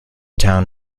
town